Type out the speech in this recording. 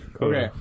okay